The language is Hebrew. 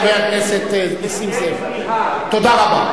חבר הכנסת נסים זאב, תודה רבה.